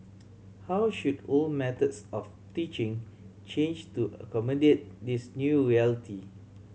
how should old methods of teaching change to accommodate this new reality